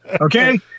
Okay